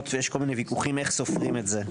ויש כל מיני ויכוחים איך סופרים את זה.